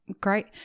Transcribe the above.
great